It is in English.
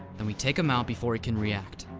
then we take him out before he can react.